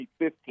2015